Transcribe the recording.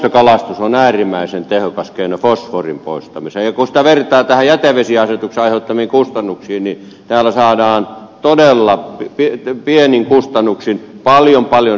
poistokalastus on äärimmäisen tehokas keino fosforin poistamiseen ja kun sitä vertaa jätevesiasetuksen aiheuttamiin kustannuksiin niin tällä saadaan todella pienin kustannuksin paljon paljon enemmän